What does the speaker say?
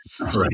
Right